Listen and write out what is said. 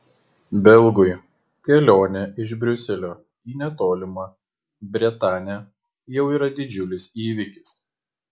belgui kelionė iš briuselio į netolimą bretanę jau yra didžiulis įvykis